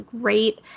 great